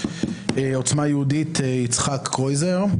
עוצמה יהודית יצחק קרויזר.